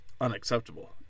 unacceptable